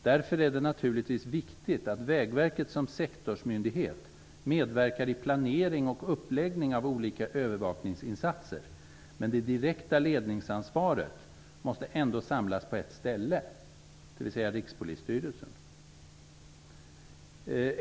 Därför är det naturligtvis viktigt att Vägverket som sektorsmyndighet medverkar i planering och uppläggning av olika övervakningsinsatser. Men det direkta ledningsansvaret måste ändå samlas på ett ställe, dvs. Rikspolisstyrelsen.